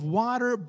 water